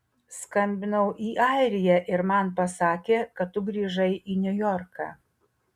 skambinau į airiją ir man pasakė kad tu grįžai į niujorką